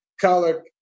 color